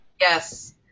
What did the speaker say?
Yes